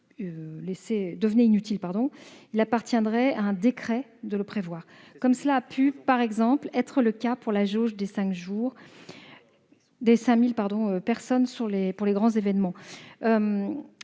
devenaient utiles, il appartiendrait à un décret de les prévoir, comme cela a pu par exemple être le cas pour la jauge des 5 000 personnes applicable aux grands événements.